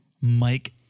Mike